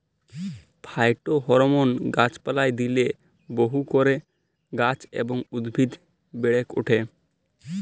phytohormone গাছ পালায় দিইলে বহু করে গাছ এবং উদ্ভিদ বেড়েক ওঠে